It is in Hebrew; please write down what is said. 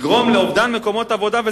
לגרום לאובדן מקומות עבודה.